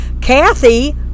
Kathy